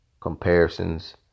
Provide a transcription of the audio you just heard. comparisons